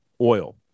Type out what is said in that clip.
oil